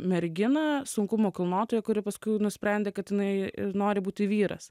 merginą sunkumų kilnotoją kuri paskui nusprendė kad jinai nori būti vyras